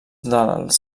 dels